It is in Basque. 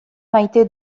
maite